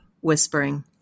whispering